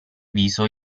viso